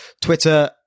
Twitter